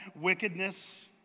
wickedness